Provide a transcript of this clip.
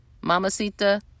Mamacita